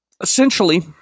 essentially